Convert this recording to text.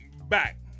back